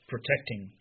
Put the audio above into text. protecting